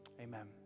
Amen